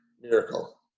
Miracle